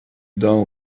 down